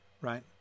right